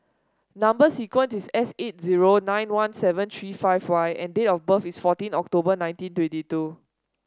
number sequence is S eight zero nine one seven three five Y and date of birth is fourteen October nineteen twenty two